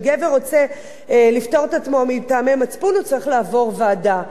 אם גבר רוצה לפטור את עצמו מטעמי מצפון הוא צריך לעבוד ועדה.